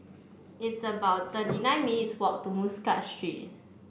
it's about thirty nine minutes' walk to Muscat Street